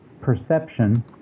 perception